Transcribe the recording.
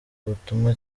ubutumwa